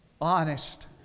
honest